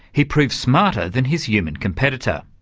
he proved smarter than his human competitor.